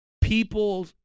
people